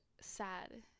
sad